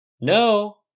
No